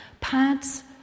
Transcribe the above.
Pads